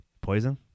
Poison